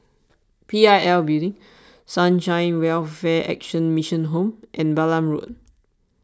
P I L Building Sunshine Welfare Action Mission Home and Balam Road